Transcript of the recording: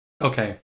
okay